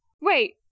Wait